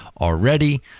already